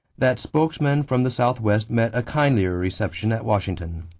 that spokesmen from the southwest met a kindlier reception at washington.